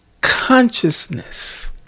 consciousness